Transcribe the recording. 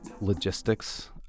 logistics